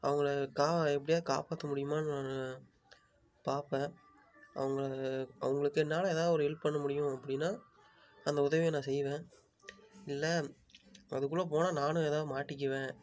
அவங்கள கா எப்படியாவது காப்பாற்ற முடியுமான்னு நான் பார்ப்பேன் அவங்கள அவங்களுக்கு என்னால் ஏதாவது ஒரு ஹெல்ப் பண்ண முடியும் அப்படினா அந்த உதவியை நான் செய்வேன் இல்லை அதுக்குள்ளே போனால் நானும் ஏதாவது மாட்டிக்குவேன்